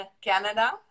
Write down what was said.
Canada